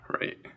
right